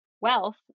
wealth